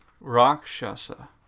rakshasa